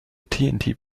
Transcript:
tnt